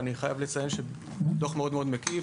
אני חייב לציין שזה דוח מאוד מקיף,